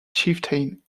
chieftain